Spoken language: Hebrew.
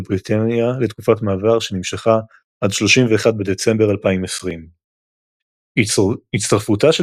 בריטניה לתקופת מעבר שנמשכה עד 31 בדצמבר 2020. הצטרפותה של